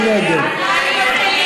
מי נגד?